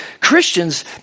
Christians